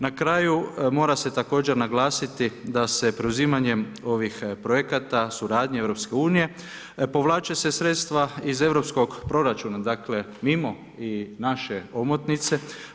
Na kraju, mora se također naglasiti da se preuzimanjem ovih projekata suradnje EU, povlače se sredstva iz europskog proračuna, dakle, mimo i naše omotnice.